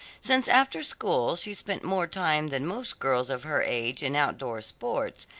since after school she spent more time than most girls of her age in outdoor sports,